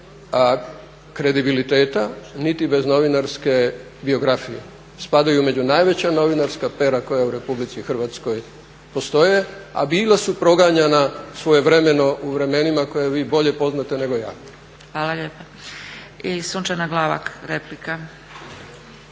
kredibiliteta niti bez novinarske biografije, spadaju među najveća novinarska pera koja u Republici Hrvatskoj postoje, a bila su proganjanja svojevremeno u vremenima koja vi bolje poznajete nego ja. **Zgrebec, Dragica (SDP)** Hvala lijepa. I Sunčana Glavak, replika.